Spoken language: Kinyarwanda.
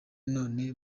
none